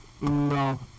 No